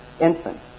infants